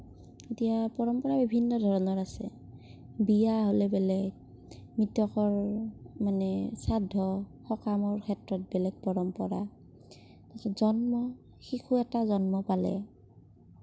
এতিয়া পৰম্পৰা বিভিন্ন ধৰণৰ আছে বিয়া হ'লে বেলেগ মৃতকৰ মানে শ্ৰাদ্ধ সকামৰ ক্ষেত্ৰত বেলেগ পৰম্পৰা জন্ম শিশু এটা জন্ম পালে